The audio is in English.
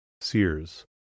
Sears